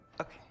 Okay